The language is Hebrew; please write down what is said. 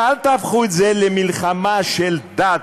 אבל אל תהפכו את זה למלחמה של דת.